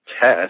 test